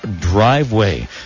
driveway